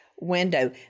window